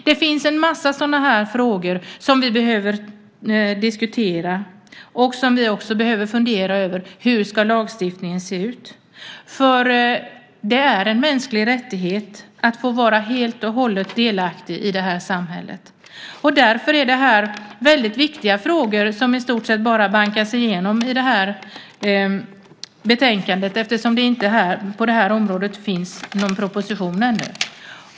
Det finns en massa sådana frågor som vi behöver diskutera och som vi också behöver fundera över. Hur ska lagstiftningen se ut? Det är en mänsklig rättighet att få vara helt och hållet delaktig i samhället. Det är viktiga frågor som i stort sett bara bankas igenom i betänkandet eftersom det på det här området inte finns en proposition än.